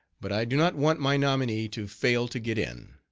but i do not want my nominee to fail to get in.